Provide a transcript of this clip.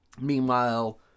Meanwhile